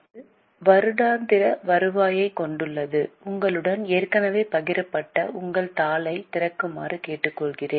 இது வருடாந்திர வருவாயைக் கொண்டுள்ளது உங்களுடன் ஏற்கனவே பகிரப்பட்ட உங்கள் தாளைத் திறக்குமாறு கேட்டுக்கொள்கிறேன்